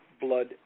blood